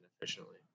efficiently